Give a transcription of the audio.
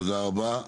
תודה רבה.